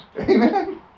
Amen